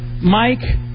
Mike